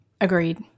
Agreed